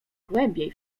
głębiej